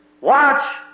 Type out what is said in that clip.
watch